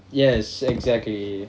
yes exactly